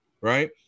right